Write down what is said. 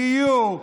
דיור,